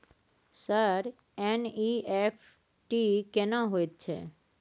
Sir NEFT केना होयत छै?